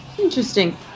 Interesting